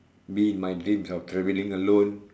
be in my dreams of traveling alone